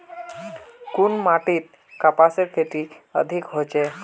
कुन माटित कपासेर खेती अधिक होचे?